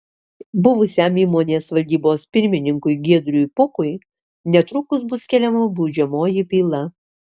buvusiam įmonės valdybos pirmininkui giedriui pukui netrukus bus keliama baudžiamoji byla